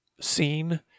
scene